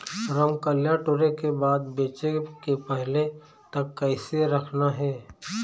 रमकलिया टोरे के बाद बेंचे के पहले तक कइसे रखना हे?